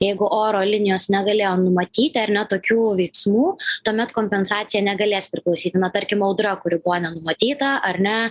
jeigu oro linijos negalėjo numatyti ar ne tokių veiksmų tuomet kompensacija negalės priklausyti na tarkim audra kuri buvo nenumatyta ar ne